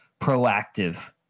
proactive